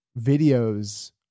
videos